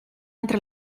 entre